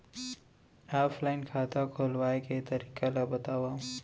Offline खाता खोलवाय के तरीका ल बतावव?